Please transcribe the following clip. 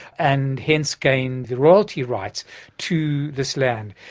and hence gained the royalty rights to this land.